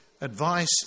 advice